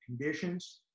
conditions